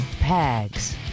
Pags